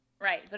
Right